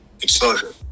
exposure